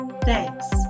Thanks